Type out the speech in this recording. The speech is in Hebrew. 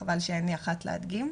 חבל שאין לי אחת להדגים.